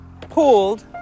Pulled